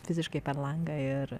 fiziškai per langą ir